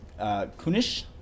Kunish